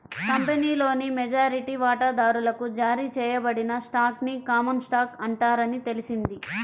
కంపెనీలోని మెజారిటీ వాటాదారులకు జారీ చేయబడిన స్టాక్ ని కామన్ స్టాక్ అంటారని తెలిసింది